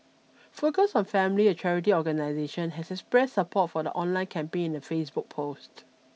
focus on family a charity organisation has expressed support for the online campaign in a Facebook post